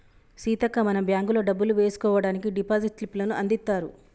సీతక్క మనం బ్యాంకుల్లో డబ్బులు వేసుకోవడానికి డిపాజిట్ స్లిప్పులను అందిత్తారు